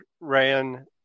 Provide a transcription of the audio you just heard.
ran